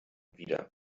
wieder